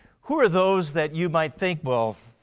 who are those that you might think well